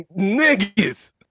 niggas